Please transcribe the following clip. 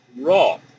Raw